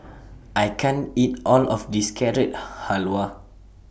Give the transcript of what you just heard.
I can't eat All of This Carrot Halwa